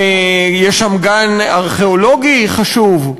יש שם גן ארכיאולוגי חשוב,